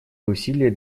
усилия